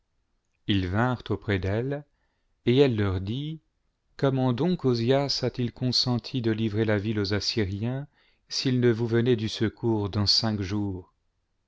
ils vinrent auprès d'elle et elle leur dit comment donc ozias a-t-il consenti de livrer la ville aux assyriens s'il ne vous venait du secours dans cinq jours